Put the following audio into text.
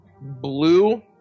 blue